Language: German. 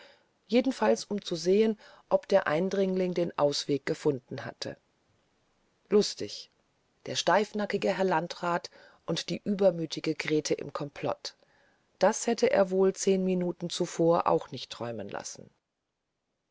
jedenfalls um zu sehen ob der eindringling den ausweg gefunden habe lustig der steifnackige herr landrat und die übermütige grete im komplott das hätte er sich wohl zehn minuten zuvor auch nicht träumen lassen